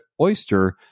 oyster